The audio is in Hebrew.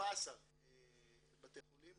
14 בתי חולים,